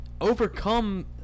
Overcome